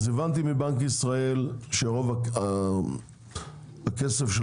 אז הבנתי מבנק ישראל שרוב הכסף של